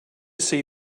see